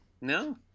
No